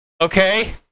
okay